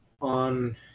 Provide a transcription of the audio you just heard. on